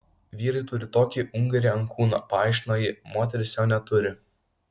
vyrai turi tokį ungurį ant kūno paaiškino ji moterys jo neturi